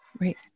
Right